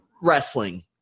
wrestling